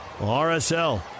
RSL